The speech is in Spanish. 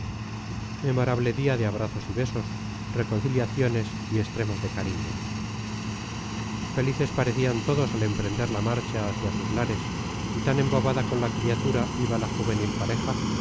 memorable día de abrazos y besos reconciliaciones y extremos de cariño felices parecían todos al emprender la marcha hacia sus lares y tan embobada con la criatura iba la juvenil pareja